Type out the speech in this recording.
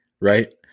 Right